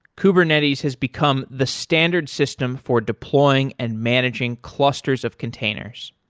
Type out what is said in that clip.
kubernetes has become the standard system for deploying and managing clusters of containers,